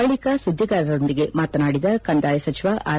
ಬಳಿಕ ಸುದ್ದಿಗಾರೊಂದಿಗೆ ಮಾತನಾಡಿದ ಕಂದಾಯ ಸಚಿವ ಆರ್